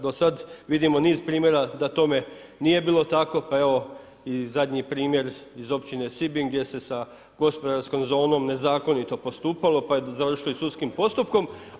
Do sad vidimo niz primjera da tome nije bilo tako, pa evo i zadnji primjer iz općine Sibinj gdje se sa gospodarskom zonom nezakonito postupalo, pa je završilo sudskim postupkom.